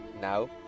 Now